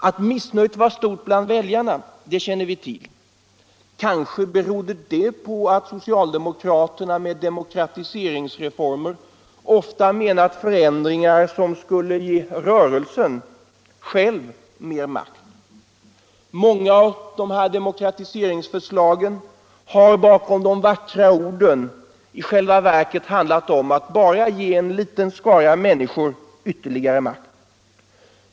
Att missnöjet var stort bland väljarna känner vi till. Kanske berodde det på att socialdemokraterna med demokratiseringsreformer ofta menat förändringar som skulle ge ”rörelsen” själv mer makt. Många av demokratiseringsförslagen har bakom de vackra orden i själva verket bara handlat om att ge en liten skara människor ytterligare makt.